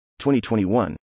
2021